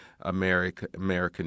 American